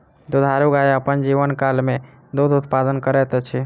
दुधारू गाय अपन जीवनकाल मे दूध उत्पादन करैत अछि